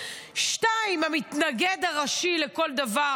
2. המתנגד הראשי לכל דבר,